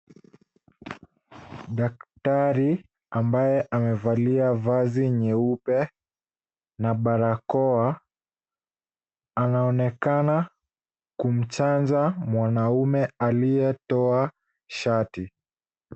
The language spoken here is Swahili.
Daktari abaye amevalia vazi nyeupe na barakoa anaonekana kumchanja mwanaume aliyetoa shati.